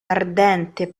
ardente